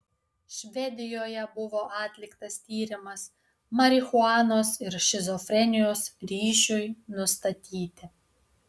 švedijoje buvo atliktas tyrimas marihuanos ir šizofrenijos ryšiui nustatyti